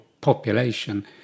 population